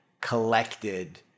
collected